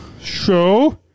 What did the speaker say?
show